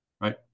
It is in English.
right